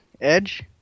edge